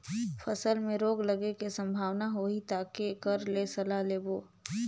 फसल मे रोग लगे के संभावना होही ता के कर ले सलाह लेबो?